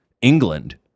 England